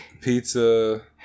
pizza